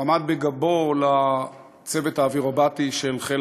הוא עמד בגבו לצוות האווירובטי של חיל